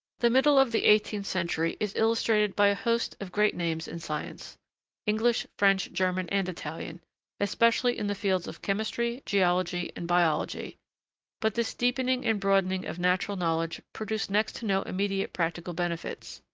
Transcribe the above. the middle of the eighteenth century is illustrated by host of great names in science english, french, german, and italian especially in the fields of chemistry, geology, and biology but this deepening and broadening of natural knowledge produced next to no immediate practical benefits.